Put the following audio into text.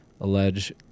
allege